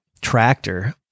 tractor